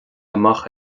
amach